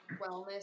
wellness